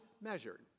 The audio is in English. measured